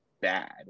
bad